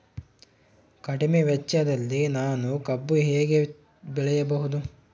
ಕಡಿಮೆ ವೆಚ್ಚದಲ್ಲಿ ನಾನು ಕಬ್ಬು ಹೇಗೆ ಬೆಳೆಯಬಹುದು?